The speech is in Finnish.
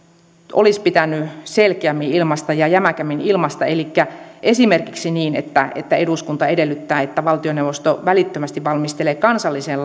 olisi pitänyt selkeämmin ja jämäkämmin ilmaista elikkä esimerkiksi niin että että eduskunta edellyttää että valtioneuvosto välittömästi valmistelee kansalliseen